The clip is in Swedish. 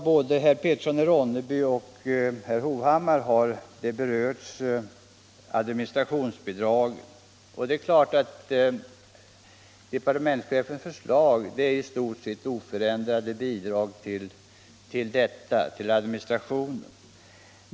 Både herr Petersson i Ronneby och herr Hovhammar har berört frågan om administrationsbidrag. Det är klart att departementschefens förslag innebär i stort sett oförändrade bidrag till administrationen.